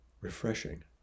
Refreshing